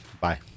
Bye